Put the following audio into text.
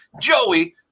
Joey